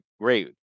great